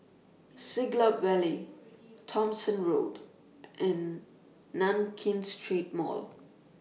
Siglap Valley Thomson Road and Nankin Street Mall